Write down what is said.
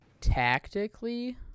tactically